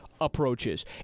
approaches